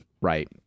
right